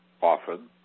Often